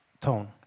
tone